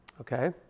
Okay